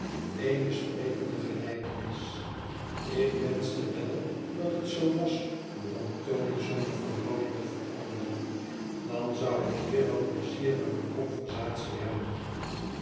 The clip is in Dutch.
eene sprekende gelijkenis ik wenschte wel dat het zoo was bromt tony zonder van houding te veranderen dan zou ik hier wat pleizieriger conversatie hebben